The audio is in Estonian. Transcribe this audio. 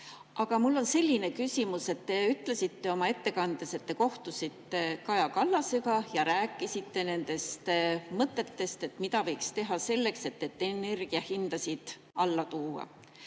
Aga mul on selline küsimus. Te ütlesite oma ettekandes, et te kohtusite Kaja Kallasega ja rääkisite nendest mõtetest, mida võiks teha selleks, et energiahindasid alla tuua.